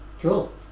Cool